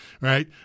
right